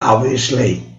obviously